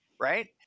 right